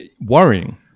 Worrying